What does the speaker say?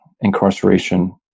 incarceration